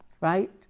Right